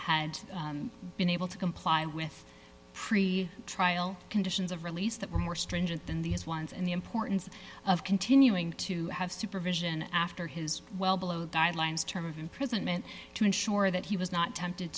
had been able to comply with pre trial conditions of release that were more stringent than these ones and the importance of continuing to have supervision after his well below the sidelines term of imprisonment to ensure that he was not tempted